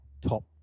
top